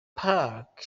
puck